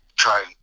Try